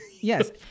Yes